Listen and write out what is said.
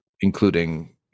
including